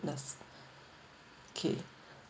that's okay